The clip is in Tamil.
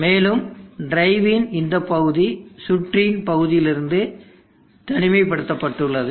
மேலும் டிரைவின் இந்த பகுதி சுற்றின் பகுதியிலிருந்து தனிமை படுத்தப்பட்டுள்ளது